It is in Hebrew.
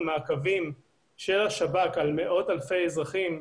מעקבים של השב"כ על מאות אלפי אזרחים,